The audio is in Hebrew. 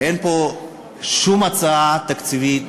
אין פה שום הצעה תקציבית.